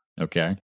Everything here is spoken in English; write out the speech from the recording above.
Okay